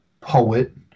poet